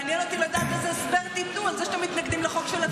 מעניין אותי לדעת איזה הסבר תיתנו לזה שאתם מתנגדים לחוק של עצמכם.